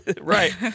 Right